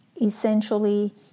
essentially